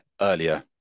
earlier